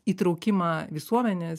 įtraukimą visuomenės